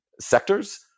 sectors